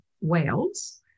Wales